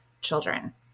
children